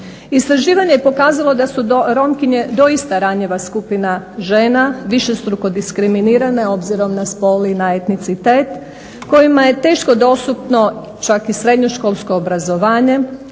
Istraživanje je pokazalo da su Romkinje doista ranjiva skupina žena višestruko diskriminirane obzirom na spol i na etnicitet kojima je teško dostupno čak i srednjoškolsko obrazovanje,